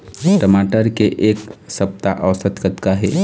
टमाटर के एक सप्ता औसत कतका हे?